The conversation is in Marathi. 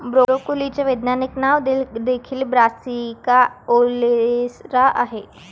ब्रोकोलीचे वैज्ञानिक नाव देखील ब्रासिका ओलेरा आहे